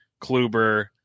kluber